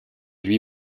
lui